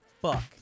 Fuck